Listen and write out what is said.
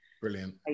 Brilliant